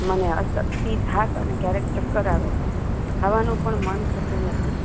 મને અશક્તિ થાક અને કયારેક ચક્કર આવે છે ખાવાનું પણ મન થતું નથી